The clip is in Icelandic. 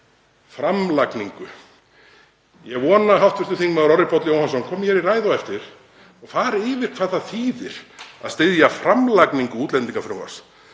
Framlagningu. Ég vona að hv. þm. Orri Páll Jóhannsson kom hér í ræðu á eftir og fari yfir hvað það þýðir að styðja framlagningu útlendingafrumvarps